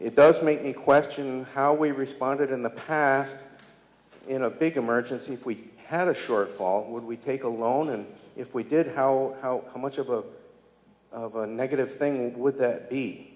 it does make me question how we responded in the past in a big emergency if we had a shortfall would we take a loan and if we did how how how much of a negative thing would that be